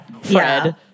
Fred